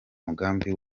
mugambi